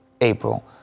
April